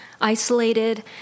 isolated